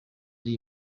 ari